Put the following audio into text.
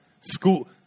school